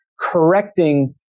correcting